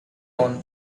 own